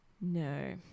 No